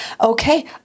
Okay